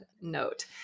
note